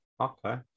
Okay